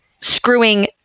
screwing